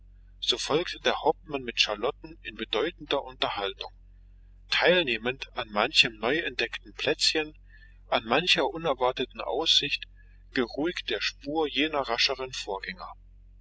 so folgte der hauptmann mit charlotten in bedeutender unterhaltung teilnehmend an manchem neuentdeckten plätzchen an mancher unerwarteten aussicht geruhig der spur jener rascheren vorgänger